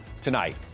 tonight